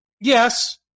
Yes